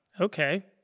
okay